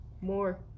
More